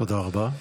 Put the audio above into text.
תודה רבה.